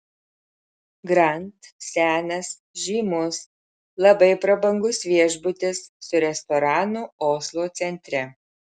grand senas žymus labai prabangus viešbutis su restoranu oslo centre